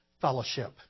fellowship